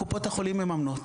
קופות החולים מממנות.